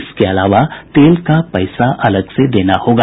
इसके अलावा तेल का पैसा अलग से देना होगा